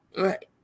right